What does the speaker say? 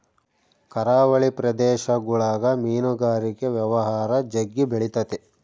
ಕರಾವಳಿ ಪ್ರದೇಶಗುಳಗ ಮೀನುಗಾರಿಕೆ ವ್ಯವಹಾರ ಜಗ್ಗಿ ಬೆಳಿತತೆ